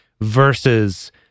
versus